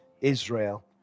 Israel